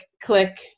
click